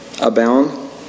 abound